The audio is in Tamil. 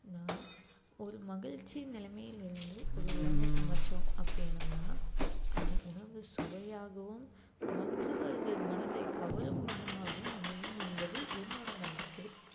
நாம் ஒரு மகிழ்ச்சி நிலமையில் இருந்து ஒரு உணவை சமைத்தோம் அப்படின்னமுனா அந்த உணவு சுவையாகவும் மற்றவர்கள் மனதை கவரும் வண்ணமாகவும் அமையும் என்பது என்னோடய நம்பிக்கை